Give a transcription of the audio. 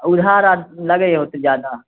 उधार आओर लगैए ओतऽ ज्यादा